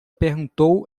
perguntou